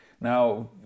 Now